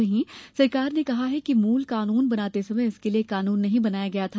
वहीं सरकार ने कहा कि मूल कानून बनाते समय इसके लिये कानून नहीं बनाया गया था